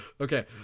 Okay